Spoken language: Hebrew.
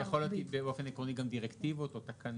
אז זה יכול להיות באופן עקרוני גם דירקטיבות או תקנות?